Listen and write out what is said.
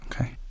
Okay